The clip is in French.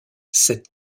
cette